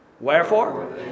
Wherefore